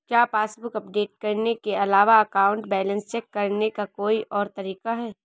क्या passbook update करने के अलावा अकाउंट बैलेंस चेक करने का कोई और तरीका है?